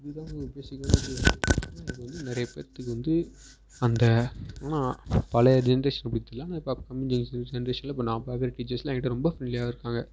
இது வந்து நிறைய பேர்த்துக்கு வந்து அந்த ஆனால் பழைய ஜென்ரேஸன் பற்றிலாம் இப்போ நான் பார்க்குற டீச்சர்ஸ்லாம் எங்கிட்ட ரொம்ப ஃப்ரெண்ட்லியாக தான் இருக்காங்க